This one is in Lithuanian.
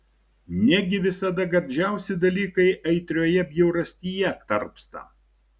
negi visada gardžiausi dalykai aitrioje bjaurastyje tarpsta